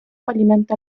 alimenta